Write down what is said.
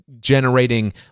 generating